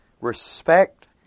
respect